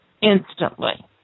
Instantly